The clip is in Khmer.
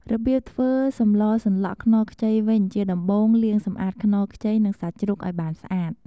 របៀបធ្វើសម្លសម្លក់ខ្នុរខ្ចីវិញជាដំបូង លាងសម្អាតខ្នុរខ្ចី និងសាច់ជ្រូកឱ្យបានស្អាត។